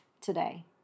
today